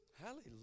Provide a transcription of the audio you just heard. Hallelujah